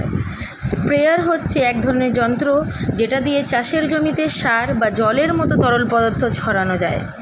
sprayer হচ্ছে এক ধরনের যন্ত্র যেটা দিয়ে চাষের জমিতে সার বা জলের মতো তরল পদার্থ ছড়ানো যায়